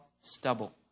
stubble